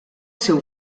seu